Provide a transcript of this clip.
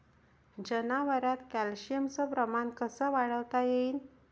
जनावरात कॅल्शियमचं प्रमान कस वाढवता येईन?